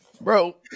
Bro